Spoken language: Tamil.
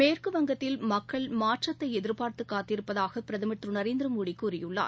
மேற்குவங்கத்தில் மக்கள் மாற்றத்தை எதிர்பார்த்து காத்திருப்பதாக பிரதமர் திரு நநரேந்திரமோடி கூறியுள்ளார்